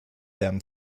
them